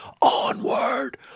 Onward